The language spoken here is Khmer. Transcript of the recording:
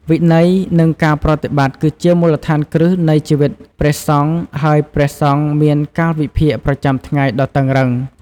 វិន័យ និងការប្រតិបត្តិ គឺជាមូលដ្ឋានគ្រឹះនៃជីវិតព្រះសង្ឃ ហើយព្រះសង្ឃមានកាលវិភាគប្រចាំថ្ងៃដ៏តឹងរ៉ឹង។